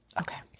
Okay